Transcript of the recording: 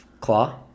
claw